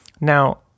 Now